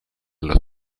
los